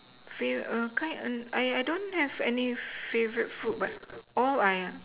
fav all kind and I I don't have any favourite food but all I